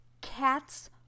cats